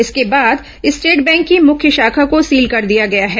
इसके बाद state bank की मुख्य शाखा को सील कर दिया गया है